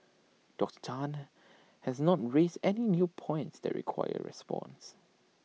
Doctor Tan has not raised any new points that require response